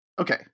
Okay